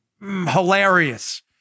hilarious